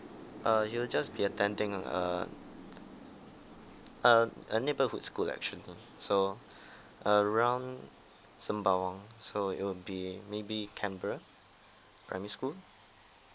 uh it'll just be attending err err a neighbourhood school actually so around sembawang so it'll be maybe canberra primary school